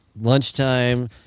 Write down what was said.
lunchtime